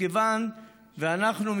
מכיוון שאנחנו,